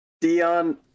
Dion